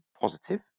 positive